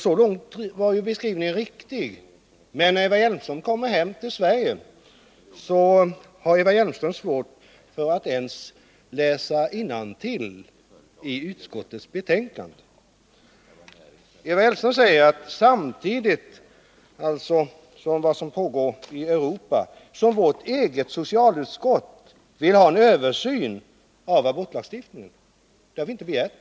Så långt var beskrivningen riktig, men när Eva Hjelmström kommer hem till Sverige så har hon t.o.m. svårt att läsa innantill i utskottets betänkande. Eva Hjelmström säger att vårt eget socialförsäkringsutskott vill ha en översyn av abortlagstiftningen samtidigt som allt detta pågår ute i Europa. Detta har vi inte begärt.